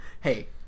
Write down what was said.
Hey